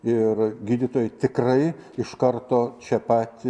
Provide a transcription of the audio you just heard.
ir gydytojai tikrai iš karto čia pat